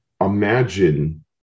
Imagine